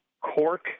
cork